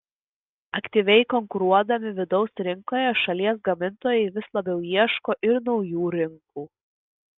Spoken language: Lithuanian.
aktyviai konkuruodami vidaus rinkoje šalies gamintojai vis labiau ieško ir naujų rinkų